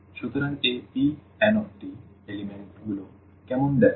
সুতরাং এই Pn উপাদানগুলি কেমন দেখায়